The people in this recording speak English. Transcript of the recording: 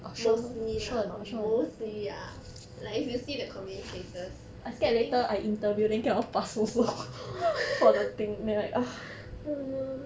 mostly lah mostly ah like if you see the community cases I think oh no